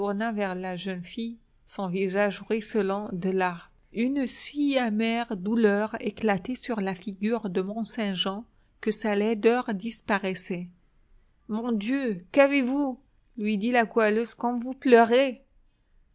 vers la jeune fille son visage ruisselant de larmes une si amère douleur éclatait sur la figure de mont-saint-jean que sa laideur disparaissait mon dieu qu'avez-vous lui dit la goualeuse comme vous pleurez